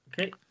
okay